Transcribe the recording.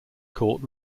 court